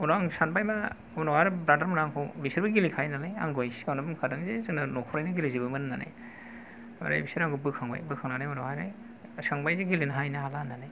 उनाव आं सानबाय मा उनाव आरो ब्रादार मोनहा आंखौ बिसोरबो गेलेखायो नालाय आंखौहाय सिगाङावनो बुंखादों जे जोंना नख'रैनो गेलेजोबोमोन होननानै ओमफ्राय बिसोर आंखौ बोखांबाय बोखांनानै उनावहाय सोंबाय जे गेलेनो हायो ना हाला होननानै